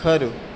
ખરું